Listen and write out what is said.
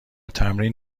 تمرین